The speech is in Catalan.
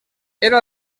era